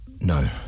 No